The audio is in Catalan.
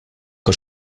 que